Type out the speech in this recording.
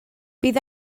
bydd